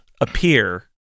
appear